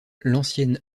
l’ancienne